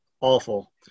awful